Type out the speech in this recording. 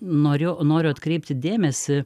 noriu noriu atkreipti dėmesį